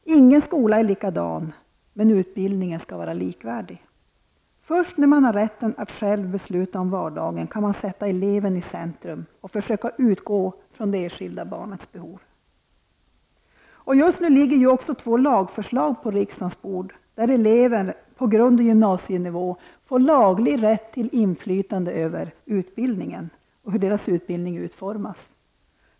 Ingen skola är likadan. Men utbildningen skall vara likvärdig. Först när man har rätten att själv besluta om vardagen kan man sätta eleven i centrum och försöka utgå från det enskilda barnets behov. Just nu ligger två lagförslag på riksdagens bord. Elever på grundskole och gymnasienivå får laglig rätt till inflytande över utformningen av sin utbildning.